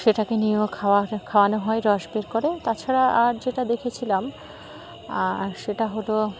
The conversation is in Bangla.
সেটাকে নিয়েও খাওয়া খাওয়ানো হয় রস বের করে তাছাড়া আর যেটা দেখেছিলাম আর সেটা হলো